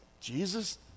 Jesus